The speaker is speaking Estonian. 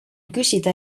küsida